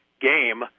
game